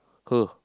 who